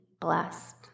blessed